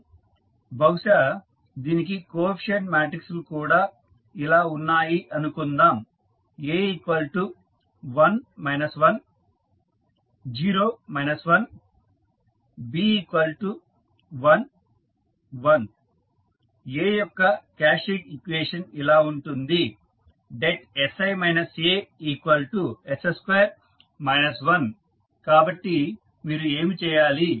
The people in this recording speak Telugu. బహుశా దీనికి కోఎఫీసియంట్ మాట్రిక్స్ లు ఇలా ఉన్నాయి అనుకుందాం A1 1 0 1 B1 1 A యొక్క క్యారెక్టరిస్టిక్ ఈక్వేషన్ ఇలా ఉంటుంది sI As2 1 కాబట్టి మీరు ఏమి చేయాలి